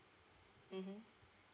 mmhmm